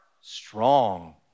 strong